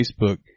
Facebook